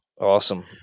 Awesome